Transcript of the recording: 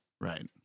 Right